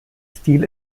stil